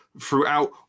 throughout